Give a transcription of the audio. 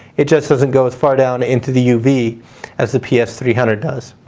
it just doesn't go as far down into the uv as the ps three hundred does.